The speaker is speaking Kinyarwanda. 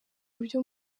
buryo